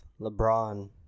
LeBron